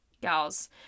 gals